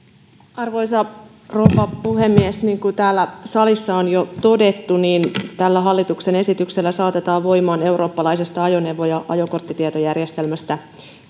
arvoisa rouva puhemies niin kuin täällä salissa on jo todettu tällä hallituksen esityksellä saatetaan voimaan eurooppalaisesta ajoneuvo ja ajokorttitietojärjestelmästä